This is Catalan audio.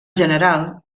general